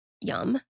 Yum